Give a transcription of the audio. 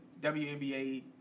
WNBA